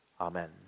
Amen